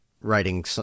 writing